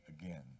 again